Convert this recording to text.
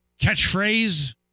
catchphrase